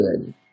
good